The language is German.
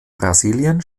brasilien